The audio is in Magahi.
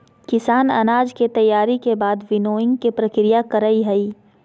किसान अनाज के तैयारी के बाद विनोइंग के प्रक्रिया करई हई